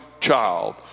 child